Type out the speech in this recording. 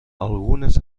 algunes